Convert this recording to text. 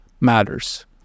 matters